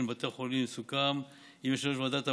לבתי החולים סוכם עם יושב-ראש ועדת העבודה,